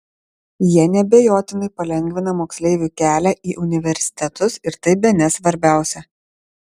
jie neabejotinai palengvina moksleivių kelią į universitetus ir tai bene svarbiausia